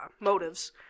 motives